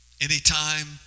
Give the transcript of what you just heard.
Anytime